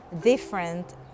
different